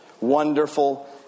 Wonderful